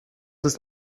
ist